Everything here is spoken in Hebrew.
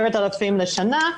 10,000 שקלים לשנה,